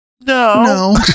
No